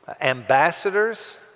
ambassadors